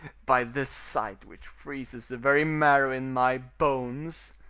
by this sight which freezes the very marrow in my bones!